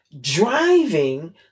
driving